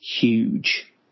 huge